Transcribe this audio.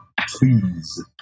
Please